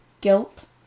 Guilt